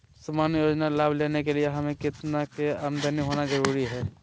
सामान्य योजना लाभ लेने के लिए हमें कितना के आमदनी होना जरूरी है?